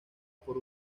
por